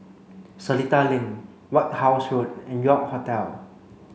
Seletar Link White House Road and York Hotel